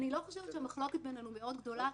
אני לא חושבת שהמחלוקת בינינו מאוד גדולה,